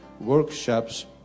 workshops